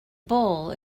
bull